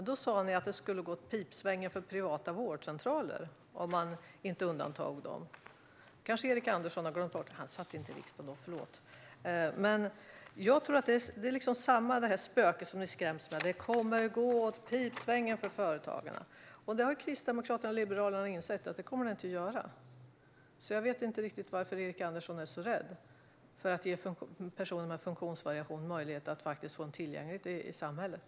Då sa ni att det skulle gå åt pipsvängen för privata vårdcentraler om man inte undantog dem. Det kanske Erik Andersson har glömt bort - han satt inte i riksdagen då, förlåt! Det är samma spöke som ni skräms med: Det kommer att gå åt pipsvängen för företagarna! Kristdemokraterna och Liberalerna har insett att det inte kommer att göra det. Så jag vet inte riktigt varför Erik Andersson är så rädd för att ge personer med funktionsvariation en möjlighet att faktiskt få tillgänglighet i samhället.